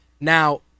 Now